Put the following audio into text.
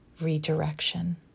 redirection